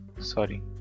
sorry